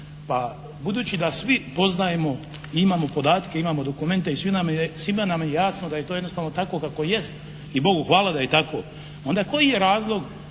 pa budući da svi poznajemo i imamo podatke, imamo dokumente i svima nam je jasno da je to jednostavno tako kako jest i Bogu hvala da je tako. Onda koji je razlog